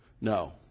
No